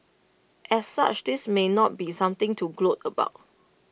as such this may not be something to gloat about